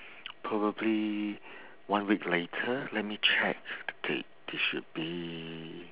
probably one week later let me check the date it should be